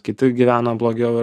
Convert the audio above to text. kiti gyvena blogiau